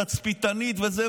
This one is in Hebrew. תצפיתנית וזה,